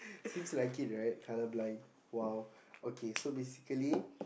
seems like it right colourblind !wow! okay so basically